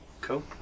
Cool